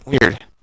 Weird